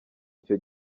icyo